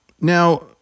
now